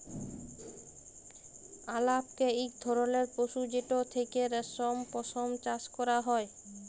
আলাপকে ইক ধরলের পশু যেটর থ্যাকে রেশম, পশম চাষ ক্যরা হ্যয়